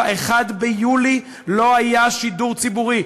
ב-1 ביולי לא היה שידור ציבורי,